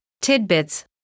tidbits